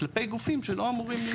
כלפי גופים שלא אמורים להיות.